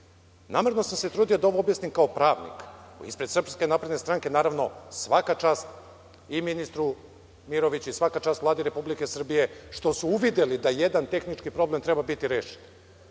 tipa. Namerno sam se trudio da ovo objasnim kao pravnik. Ispred SNS naravno, svaka čast i ministru Miroviću, svaka čast Vladi Republike Srbije što su uvideli da jedan tehnički problem treba biti rešen.